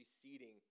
preceding